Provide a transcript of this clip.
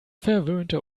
verwöhnte